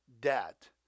debt